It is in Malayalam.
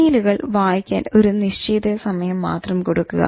മെയിലുകൾ വായിക്കാൻ ഒരു നിശ്ചിത സമയം മാത്രം കൊടുക്കുക